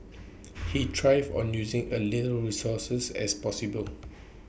he thrives on using A little resources as possible